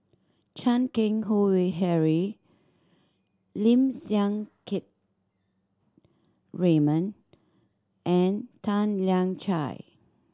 Chan Keng Howe Harry Lim Siang Keat Raymond and Tan Lian Chye